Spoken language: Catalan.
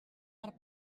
per